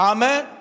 Amen